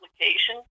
application